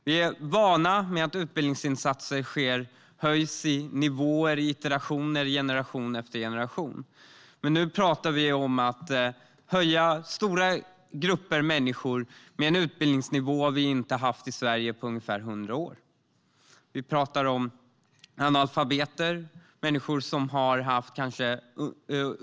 Vi är vana vid att utbildningsnivåerna höjs i iteration, generation efter generation. Men nu handlar det om att höja utbildningsnivån för stora grupper av människor som har en utbildningsnivå vi inte har haft i Sverige på ungefär 100 år. Det handlar om analfabeter.